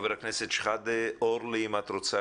חבר הכנסת שחאדה, אורלי, אם אתם רוצים